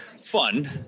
fun